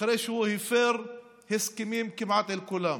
אחרי שהוא הפר הסכמים כמעט עם כולם?